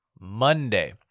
Monday